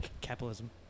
capitalism